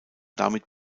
damit